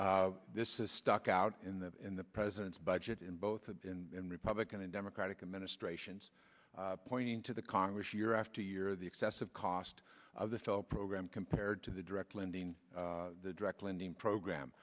this is stuck out in the in the president's budget in both the republican and democratic administrations pointing to the congress year after year the excessive cost of the file program compared to the direct lending the direct lending program